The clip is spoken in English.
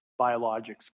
Biologics